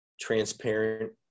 transparent